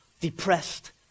depressed